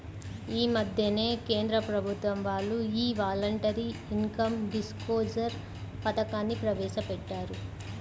యీ మద్దెనే కేంద్ర ప్రభుత్వం వాళ్ళు యీ వాలంటరీ ఇన్కం డిస్క్లోజర్ పథకాన్ని ప్రవేశపెట్టారు